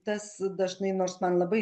tas dažnai nors man labai